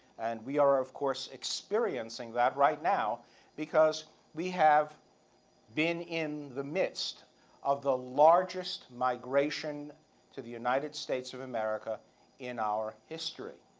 and we are, ah of course, experiencing that right now because we have been in the midst of the largest migration to the united states of america in our history.